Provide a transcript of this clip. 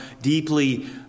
deeply